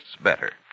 better